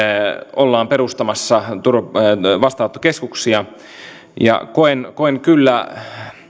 ollaan perustamassa vastaanottokeskuksia koen sen kyllä